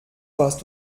warst